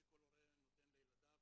שכל הורה נותן לילדיו,